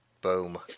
Boom